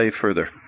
further